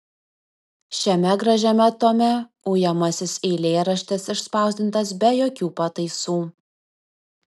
šiame gražiame tome ujamasis eilėraštis išspausdintas be jokių pataisų